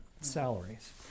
salaries